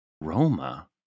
Roma